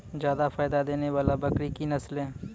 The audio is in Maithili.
जादा फायदा देने वाले बकरी की नसले?